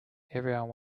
everyone